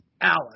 Alice